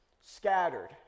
scattered